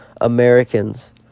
Americans